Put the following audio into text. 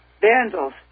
vandals